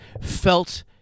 felt